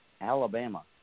Alabama